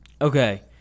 Okay